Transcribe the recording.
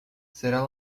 será